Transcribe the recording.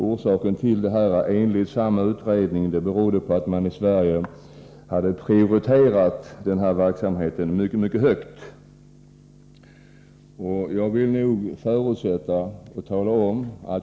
Orsaken till det är enligt samma källa att man i Sverige mycket starkt har prioriterat detta mål.